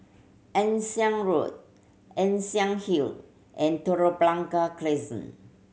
Ann Siang Road Ann Siang Hill and Telok Blangah Crescent